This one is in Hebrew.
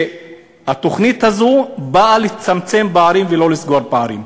שהתוכנית הזאת באה לצמצם פערים, ולא לסגור פערים.